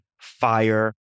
FIRE